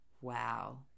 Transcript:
Wow